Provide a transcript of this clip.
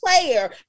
player